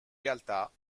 realtà